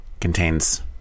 contains